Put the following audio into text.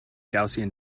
gaussian